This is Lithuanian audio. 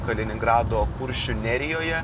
kaliningrado kuršių nerijoje